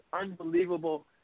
unbelievable